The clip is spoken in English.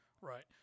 Right